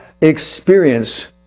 experience